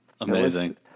Amazing